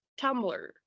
tumblr